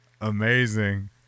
Amazing